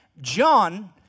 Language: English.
John